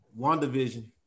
WandaVision